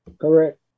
correct